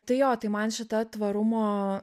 tai jo tai man šita tvarumo